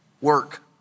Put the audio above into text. work